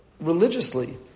religiously